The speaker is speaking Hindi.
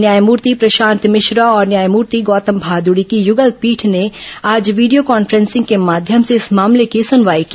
न्यायमूर्ति प्रशांत मिश्रा और न्यायमूर्ति गौदम भादुड़ी की युगल पीठ ने आज वीडियो कॉन्फ्रेंसिंग के माध्यम से इस मामले की सुनवाई की